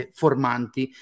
formanti